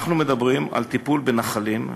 אנחנו מדברים על טיפול בנחלים,